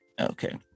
okay